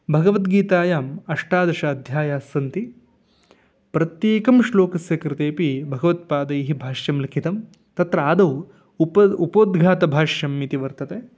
भगवद्गीतायाम् अष्टादश अध्यायास्सन्ति प्रत्येकं श्लोकस्य कृतेपि भगवत्पादैः भाष्यं लिखितं तत्र आदौ उप उपोद्घातभाष्यम् इति वर्तते